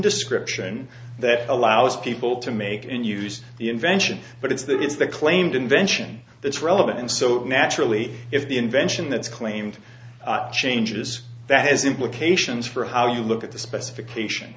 description that allows people to make and use the invention but it's that is the claimed invention that's relevant and so naturally if the invention that's claimed changes that has implications for how you look at the specification